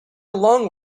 along